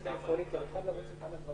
שני השינויים, ייכנסו לתוקף כבר בשעות הקרובות.